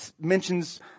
mentions